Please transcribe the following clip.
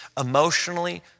emotionally